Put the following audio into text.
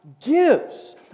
gives